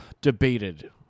debated